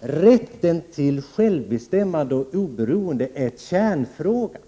där rätten till självbestämmande och oberoende är kärnfrågan.